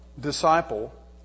disciple